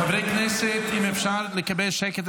חברי כנסת, האם אפשר לקבל שקט?